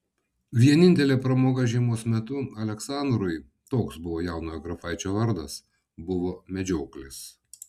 vienintelė pramoga žiemos metu aleksandrui toks buvo jaunojo grafaičio vardas buvo medžioklės